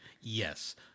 Yes